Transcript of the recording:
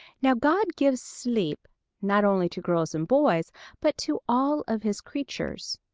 now god gives sleep not only to girls and boys but to all of his creatures.